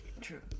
True